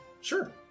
Sure